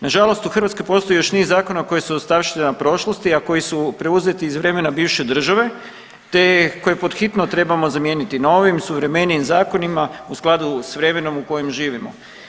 Nažalost u Hrvatskoj postoji još niz zakona koji su ostavština prošlosti, a koji su preuzeti iz vremena bivše države te koje pod hitno trebamo zamijeniti novim, suvremenijim zakonima u skladu s vremenom u kojem živimo.